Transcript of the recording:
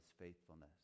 faithfulness